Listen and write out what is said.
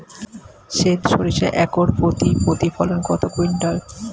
সেত সরিষা একর প্রতি প্রতিফলন কত কুইন্টাল?